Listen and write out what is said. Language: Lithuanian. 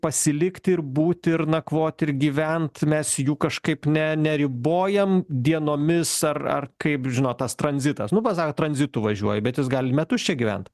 pasilikti ir būti ir nakvoti ir gyvent mes jų kažkaip ne neribojam dienomis ar ar kaip žinot tas tranzitas nu va sako tranzitu važiuoju bet jis gali metus čia gyvent